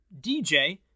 DJ